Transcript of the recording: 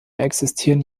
existieren